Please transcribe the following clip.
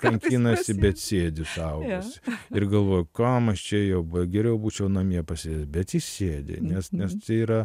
kankinasi bet sėdi suagusieji ir galvoja kam aš čia ėjau geriau būčiau namie pasedėjęs bet jis sėdi